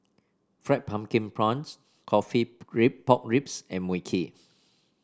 Fried Pumpkin Prawns coffee rib Pork Ribs and Mui Kee